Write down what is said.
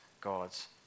God's